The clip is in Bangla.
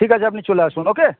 ঠিক আছে আপনি চলে আসুন ওকে